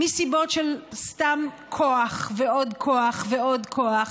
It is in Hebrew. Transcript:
מסיבות של סתם כוח ועוד כוח ועוד כוח.